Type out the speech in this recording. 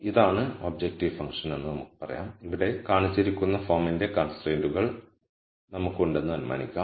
ഇതാണ് objective function എന്ന് നമുക്ക് പറയാം ഇവിടെ കാണിച്ചിരിക്കുന്ന ഫോമിന്റെ കൺസ്ട്രൈന്റുകൾ നമുക്കുണ്ടെന്ന് അനുമാനിക്കാം